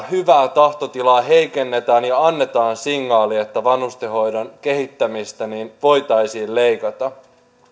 hyvää tahtotilaa heikennetään ja annetaan signaali että vanhustenhoidon kehittämisestä voitaisiin leikata